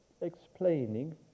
explaining